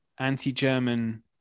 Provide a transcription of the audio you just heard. anti-German